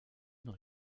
dans